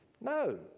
No